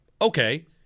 okay